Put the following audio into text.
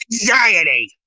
Anxiety